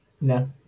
No